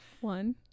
one